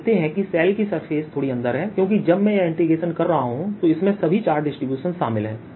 आप देखते हैं कि शेल की सरफेस थोड़ी अंदर है क्योंकि जब मैं यह इंटीग्रेशन कर रहा हूं तो इसमें सभी चार्ज डिस्ट्रीब्यूशन शामिल हैं